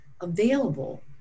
available